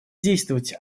действовать